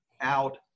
out